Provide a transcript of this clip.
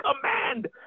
command